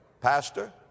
pastor